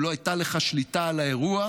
אם לא הייתה לך שליטה על האירוע,